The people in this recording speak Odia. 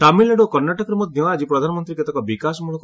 ତାମିଲ୍ନାଡ଼ୁ ଓ କର୍ଷ୍ଣାଟକରେ ମଧ୍ୟ ଆକି ପ୍ରଧାନମନ୍ତ୍ରୀ କେତେକ ବିକାଶମୂଳକ